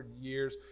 years